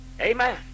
Amen